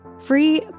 Free